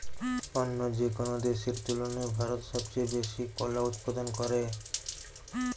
অন্য যেকোনো দেশের তুলনায় ভারত সবচেয়ে বেশি কলা উৎপাদন করে